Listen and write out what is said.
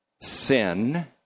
sin